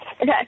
Okay